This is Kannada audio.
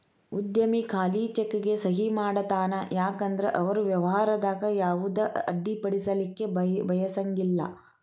ಉದ್ಯಮಿ ಖಾಲಿ ಚೆಕ್ಗೆ ಸಹಿ ಮಾಡತಾನ ಯಾಕಂದ್ರ ಅವರು ವ್ಯವಹಾರದಾಗ ಯಾವುದ ಅಡ್ಡಿಪಡಿಸಲಿಕ್ಕೆ ಬಯಸಂಗಿಲ್ಲಾ